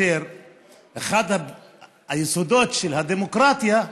אחד היסודות של הדמוקרטיה,